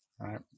right